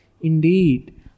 Indeed